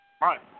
Right